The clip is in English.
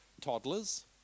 Toddlers